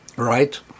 right